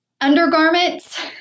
undergarments